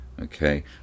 Okay